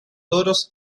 toros